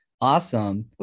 Awesome